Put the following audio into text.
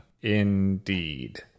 Indeed